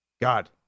God